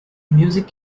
music